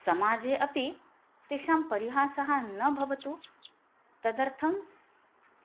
समाजे अपि तेषां परिहासः न भवतु तदर्थं